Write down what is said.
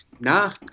nah